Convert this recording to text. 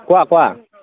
কোৱা কোৱা